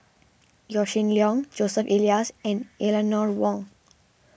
Yaw Shin Leong Joseph Elias and Eleanor Wong